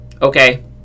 okay